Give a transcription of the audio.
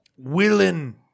Willing